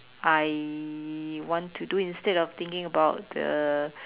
I want to do instead of thinking about the